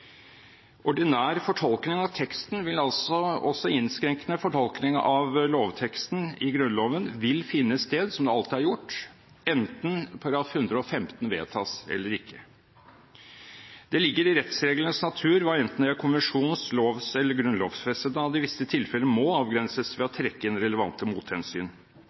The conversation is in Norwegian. Ordinær fortolkning av teksten, også innskrenkende fortolkning av lovteksten i Grunnloven, vil finne sted – som det alltid har gjort – enten § 115 vedtas eller ikke. Det ligger i rettsreglenes natur, enten det er kommisjons-, lov- eller grunnlovfestet, at det i visse tilfeller må avgrenses ved å trekke inn relevante mothensyn.